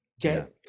Get